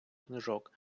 книжок